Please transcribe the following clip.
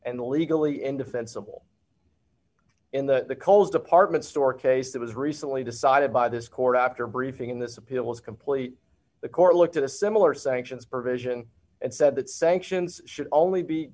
the legally indefensible in the kohl's department store case that was recently decided by this court after a briefing in this appeal is complete the court looked at a similar sanctions provision and said that sanctions should only be